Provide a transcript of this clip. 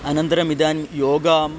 अनन्तरम् इदानीं योगः